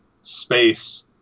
space